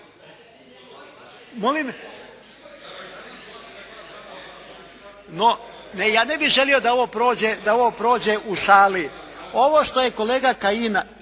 čuje./… Ja ne bih želio da ovo prođe u šali. Ovo što je kolega Kajin